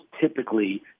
typically